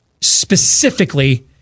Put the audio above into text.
specifically